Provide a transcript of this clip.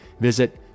Visit